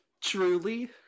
Truly